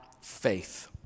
faith